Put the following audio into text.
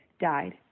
died